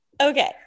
okay